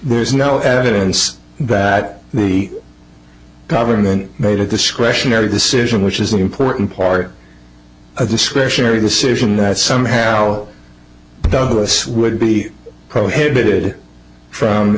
there's no evidence that the government made a discretionary decision which is an important part of discretionary decision that somehow the us would be prohibited from